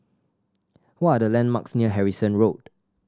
what are the landmarks near Harrison Road